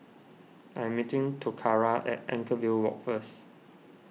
I am meeting Toccara at Anchorvale Walk first